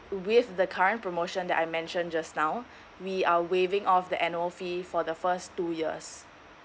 with the current promotion that I mention just now we are waiving off the annual fee for the first two years